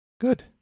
good